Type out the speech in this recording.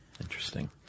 Interesting